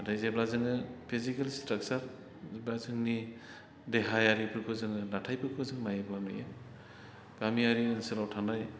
नाथाय जेब्ला जोङो फिजिकेल स्ट्राक्चार बा जोंनि देहायारिफोरखौ जोङो दाथायफोरखौ जों नायोब्ला नुयो गामियारि ओनसोलाव थानाय